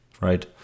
right